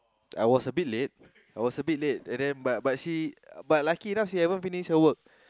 I was a bit late I was a bit late and then but but she but lucky she haven't finish her work